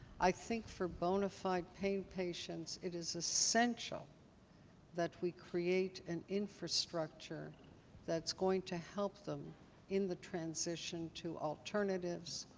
i think for bona fide pain patients, it is essential that we create an infrastructure that's going to help them in the transition to alternatives,